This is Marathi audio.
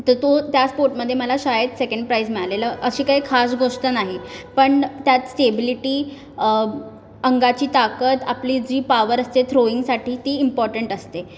तर तोच त्याच स्पोर्टमध्ये मला शाळेत सेकंड प्राइज मिळालेलं अशी काही खास गोष्ट नाही पण त्यात स्टेबिलीटी अंगाची ताकद आपली जी पॉवर असते थ्रोइंगसाठी ती इम्पॉटन्ट असते